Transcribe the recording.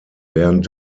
während